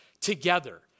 together